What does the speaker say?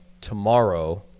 tomorrow